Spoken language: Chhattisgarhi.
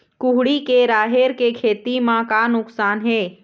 कुहड़ी के राहेर के खेती म का नुकसान हे?